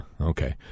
Okay